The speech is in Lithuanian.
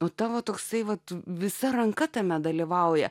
o tavo toksai vat visa ranka tame dalyvauja